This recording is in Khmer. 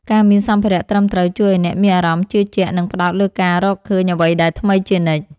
ការមានសម្ភារៈត្រឹមត្រូវជួយឱ្យអ្នកមានអារម្មណ៍ជឿជាក់ និងផ្ដោតលើការរកឃើញអ្វីដែលថ្មីជានិច្ច។